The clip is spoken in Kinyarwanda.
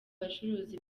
abacuruzi